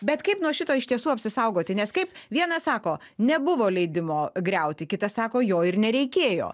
bet kaip nuo šito iš tiesų apsisaugoti nes kaip vienas sako nebuvo leidimo griauti kitas sako jo ir nereikėjo